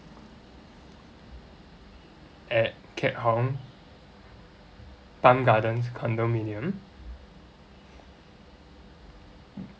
at keat hong tan gardens condominium